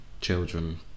children